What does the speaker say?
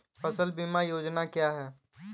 फसल बीमा योजना क्या है?